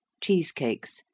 cheesecakes